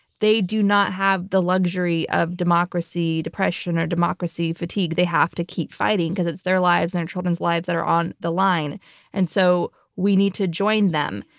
they do not have the luxury of democracy depression or democracy fatigue. they have to keep fighting because it's their lives and their children's lives that are on the line and so we need to join them.